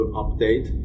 update